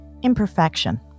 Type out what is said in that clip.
IMPERFECTION